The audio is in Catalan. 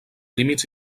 límits